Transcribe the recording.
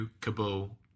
Kabul